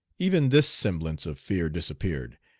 even this semblance of fear disappeared,